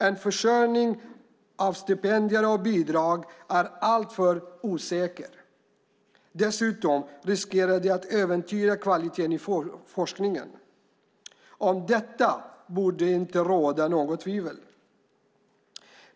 En försörjning med stipendier och bidrag är alltför osäker; dessutom riskerar det att äventyra kvaliteten i forskningen. Om detta borde det inte råda något tvivel.